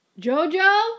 Jojo